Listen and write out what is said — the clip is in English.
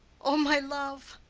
o my love!